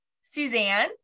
Suzanne